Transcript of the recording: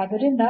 ಆದ್ದರಿಂದ